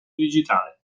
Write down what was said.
digitale